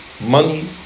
Money